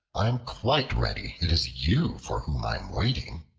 i am quite ready it is you for whom i am waiting.